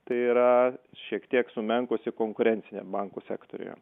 tai yra šiek tiek sumenkusi konkurencinė bankų sektoriuje